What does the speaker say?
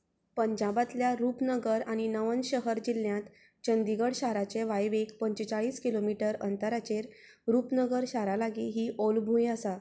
पंजाबांतल्या रुपनगर आनी नवनशहर जिल्ल्यांत चंदीगड शाराचे वायव्येक पंचेचाळीस किलोमीटर अंतराचेर रूपनगर शारा लागी ही ओलभूंय आसा